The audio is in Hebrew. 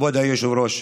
כבוד היושב-ראש,